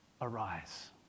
arise